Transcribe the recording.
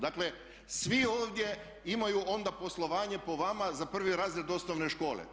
Dakle, svi ovdje imaju onda poslovanje po vama za prvi razred osnovne škole.